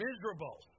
miserable